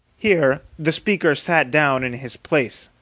here the speaker sat down in his place,